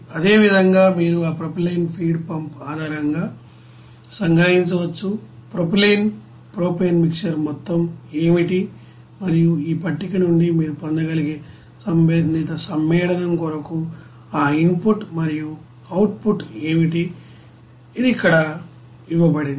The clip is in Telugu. అదేవిధంగా మీరు ఆ ప్రొపైలిన్ ఫీడ్ పంప్ ఆధారంగా సంగ్రహించవచ్చు ప్రొపైలిన్ ప్రొపేన్ మిక్సర్ మొత్తం ఏమిటి మరియు ఈ పట్టిక నుండి మీరు పొందగలిగే సంబంధిత సమ్మేళనం కోసం ఆ ఇన్పుట్ మరియు అవుట్పుట్ ఏమిటి ఇది ఇక్కడ ఇవ్వబడింది